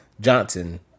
Johnson